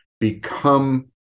become